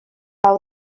pau